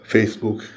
Facebook